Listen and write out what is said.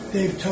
Dave